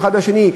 האחד עם השני.